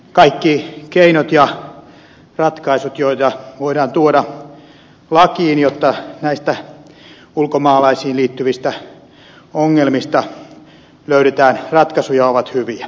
kaikki keinot ja ratkaisut joita voidaan tuoda lakiin jotta näihin ulkomaalaisiin liittyviin ongelmiin löydetään ratkaisuja ovat hyviä